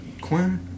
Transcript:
Quinn